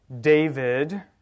David